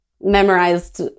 memorized